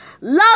Love